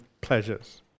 pleasures